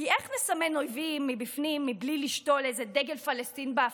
כי איך נסמן אויבים מבפנים בלי לשתול איזה דגל פלסטין בהפגנה?